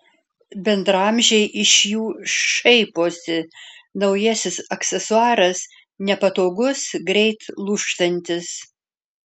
bendraamžiai iš jų šaiposi naujasis aksesuaras nepatogus greit lūžtantis